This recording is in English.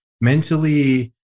mentally